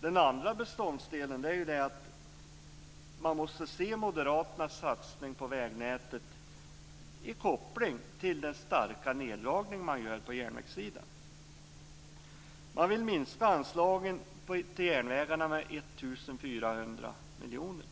Den andra är att man måste se moderaternas satsning på vägnätet kopplad till den starka neddragning som de gör på järnvägssidan. De vill minska anslagen till järnvägarna med 1 400 miljoner